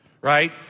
right